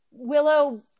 Willow